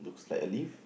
looks like a leaf